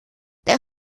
der